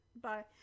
Bye